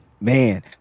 man